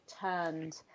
turned